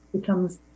becomes